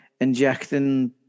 injecting